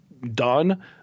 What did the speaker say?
done